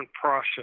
process